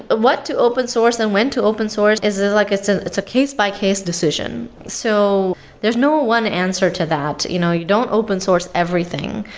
but what to open source and when to open source is is like it's ah a case by case decision. so there's no one answer to that. you know you don't open source everything.